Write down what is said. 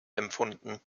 empfunden